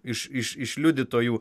iš iš iš liudytojų